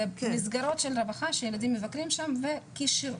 זה מסגרות של רווחה שהילדים מבקרים שם -- כן,